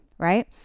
right